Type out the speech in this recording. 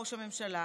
ראש הממשלה,